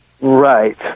Right